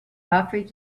offered